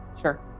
Sure